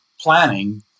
planning